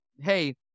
hey